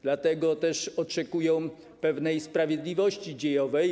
Dlatego też oczekują pewnej sprawiedliwości dziejowej.